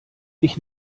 ich